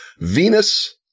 Venus